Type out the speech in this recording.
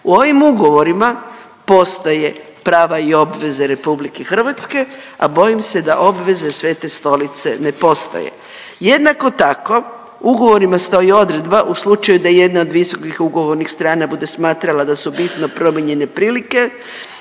U ovim ugovorima postoje prava i obveze RH, a bojim se da obveze Svete Stolice ne postoje. Jednako tako, ugovorima stoji odredba, u slučaju da jedna od visokih ugovornih strana bude smatrala da su bitno promijenjene prilike